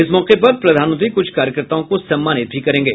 इस मौके पर प्रधानमंत्री कुछ कार्यकताओं को सम्मानित भी करेंगे